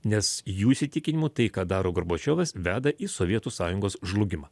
nes jų įsitikinimu tai ką daro gorbačiovas veda į sovietų sąjungos žlugimą